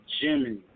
Jimmy